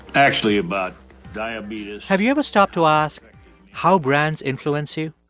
actually, about diabetes. have you ever stopped to ask how brands influence you?